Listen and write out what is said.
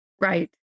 Right